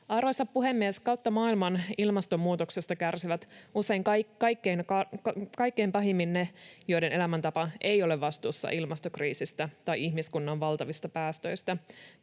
Arvoisa puhemies! Kautta maailman ilmastonmuutoksesta kärsivät usein kaikkein pahimmin ne, joiden elämäntapa ei ole vastuussa ilmastokriisistä tai ihmiskunnan valtavista päästöistä.